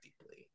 deeply